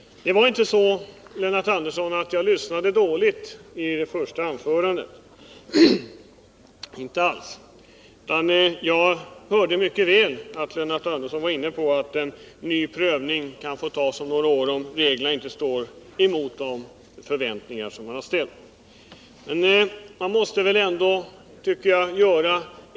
Det var inte så att jag lyssnade dåligt på Lennart Anderssons första anförande. Jag hörde mycket väl att Lennart Andersson sade att en ny prövning kan få göras om några år, om reglerna inte svarar mot de förväntningar man har.